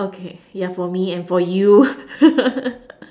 okay yeah for me and for you